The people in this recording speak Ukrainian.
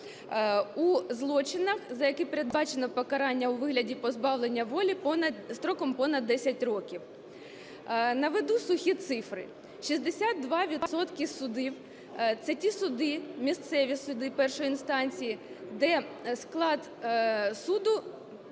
у злочинах, за які передбачено покарання у вигляді позбавлення волі строком понад 10 років. Наведу сухі цифри. 62 відсотки судів – це ті суди, місцеві суди першої інстанції, де склад суду